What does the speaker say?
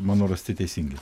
mano rasti teisingi